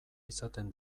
izaten